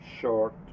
short